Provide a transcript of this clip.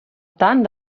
tant